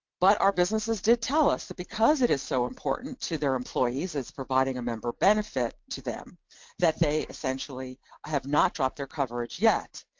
but our businesses did tell us that because it is so important to their employees as providing a member benefit to them that they essentially have not dropped their coverage yet.